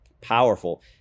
powerful